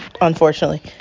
unfortunately